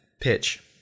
pitch